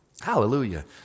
hallelujah